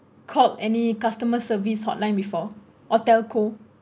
called any customer service hotline before or telco